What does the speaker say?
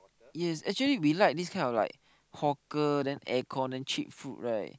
yes actually we like this kind of like hawker then air con then cheap food right